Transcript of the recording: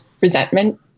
resentment